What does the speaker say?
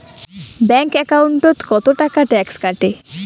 Bank একাউন্টত কতো টাকা ট্যাক্স কাটে?